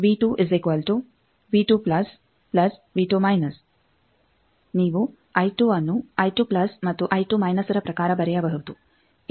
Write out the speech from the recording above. ನೀವು ಅನ್ನು ಮತ್ತು ರ ಪ್ರಕಾರ ಬರೆಯಬಹುದು